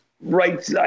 Right